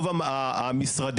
פעולות משרדי